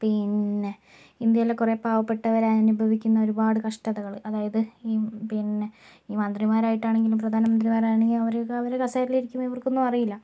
പിന്നെ ഇന്ത്യയിലെ കുറേ പാവപ്പെട്ടവർ അനുഭവിക്കുന്ന ഒരുപാട് കഷ്ടതകൾ അതായത് ഈ പിന്നെ ഈ മന്ത്രിമാരായിട്ടാണെങ്കിലും പ്രധാനമന്ത്രിമാരാണെങ്കിലും അവരൊക്കെ അവരെ കസേരയിൽ ഇരിക്കുമ്പോൾ ഇവർക്കൊന്നും അറിയില്ല